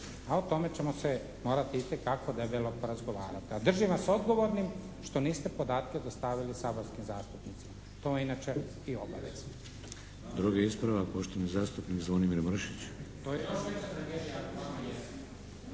a o tome ćemo se morati itekako debelo porazgovarati. A držim vas odgovornim što niste podatke dostavili saborskim zastupnicima. To vam je inače i obaveza.